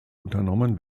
unternommen